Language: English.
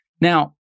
Now